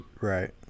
Right